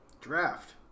Draft